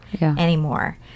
anymore